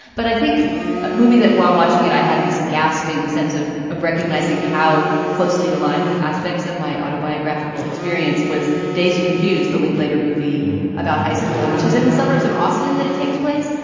but i think ah movie that while watching it, i had this gasping sense of of recognizing how closely aligned with aspects of my autobiographical experience was dazed and confused, the linklater movie about high school, which is in the suburbs of austin, that it takes place,